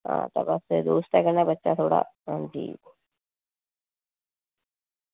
आं दोस्तें कन्नै रक्खे थोह्ड़ा आं जी